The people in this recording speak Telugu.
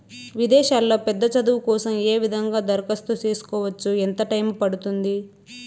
విదేశాల్లో పెద్ద చదువు కోసం ఏ విధంగా దరఖాస్తు సేసుకోవచ్చు? ఎంత టైము పడుతుంది?